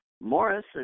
Morris